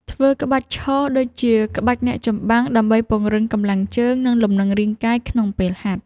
ធ្វើក្បាច់ឈរ ដូចជាក្បាច់អ្នកចម្បាំង ដើម្បីពង្រឹងកម្លាំងជើង និងលំនឹងរាងកាយក្នុងពេលហាត់។